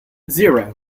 zero